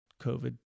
COVID